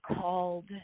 called